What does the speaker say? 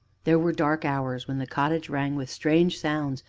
there were dark hours when the cottage rang with strange sounds,